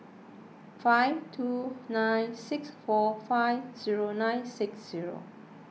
five two nine six four five zero nine six zero